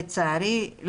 לצערי,